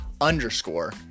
underscore